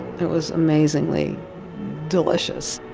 it was amazingly delicious.